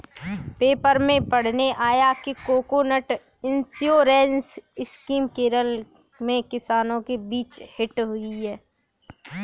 paper में पढ़ने आया कि कोकोनट इंश्योरेंस स्कीम केरल में किसानों के बीच हिट हुई है